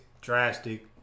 drastic